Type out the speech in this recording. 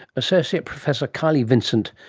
associate professor kylie vincent,